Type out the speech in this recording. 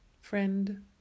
friend